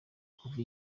kuva